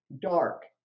dark